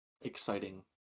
exciting